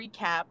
recap